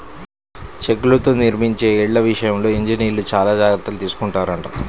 చెక్కలతో నిర్మించే ఇళ్ళ విషయంలో ఇంజనీర్లు చానా జాగర్తలు తీసుకొంటారంట